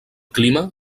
clima